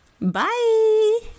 Bye